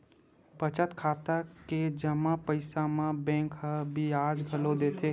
बचत खाता के जमा पइसा म बेंक ह बियाज घलो देथे